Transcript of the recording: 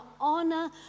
honor